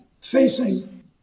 facing